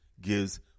gives